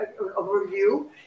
overview